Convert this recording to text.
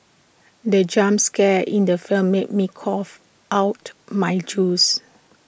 the jump scare in the film made me cough out my juice